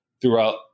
throughout